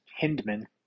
Hindman